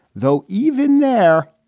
though, even there.